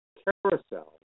carousel